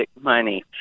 money